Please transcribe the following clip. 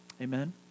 Amen